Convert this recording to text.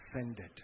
Ascended